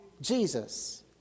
Jesus